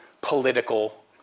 political